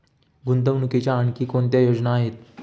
गुंतवणुकीच्या आणखी कोणत्या योजना आहेत?